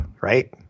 right